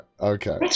okay